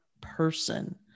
person